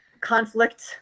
conflict